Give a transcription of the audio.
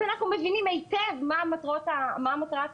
אז אנחנו מבינים היטב מה מטרת השינויים